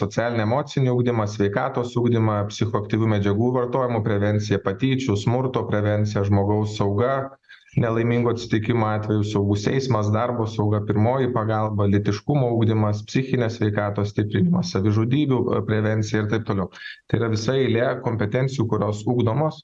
socialinį emocinį ugdymą sveikatos ugdymą psichoaktyvių medžiagų vartojimo prevencija patyčių smurto prevencija žmogaus sauga nelaimingų atsitikimų atveju saugus eismas darbo sauga pirmoji pagalba lytiškumo ugdymas psichinės sveikatos stiprinimas savižudybių prevencija ir taip toliau tai yra visa eilė kompetencijų kurios ugdomos